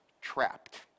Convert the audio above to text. trapped